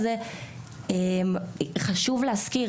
חשוב להזכיר,